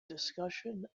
discussion